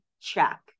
check